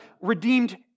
redeemed